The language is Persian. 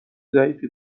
ظریفی